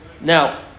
Now